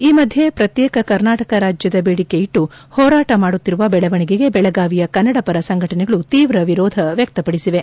ಈ ಮಧ್ಯೆ ಶ್ರತ್ನೇಕ ಕರ್ನಾಟಕ ರಾಜ್ಯದ ಬೇಡಿಕೆ ಇಟ್ಲು ಹೋರಾಟ ಮಾಡುತ್ತಿರುವ ಬೆಳವಣಿಗೆಗೆ ಬೆಳಗಾವಿಯ ಕನ್ನಡಪರ ಸಂಘಟನೆಗಳು ತೀವ್ರ ವಿರೋಧ ವ್ಯಕ್ತಪಡಿಸಿವೆ